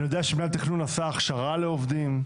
אני יודע שמנהל תכנון עשה הכשרה לעובדים,